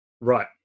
Right